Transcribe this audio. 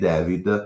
David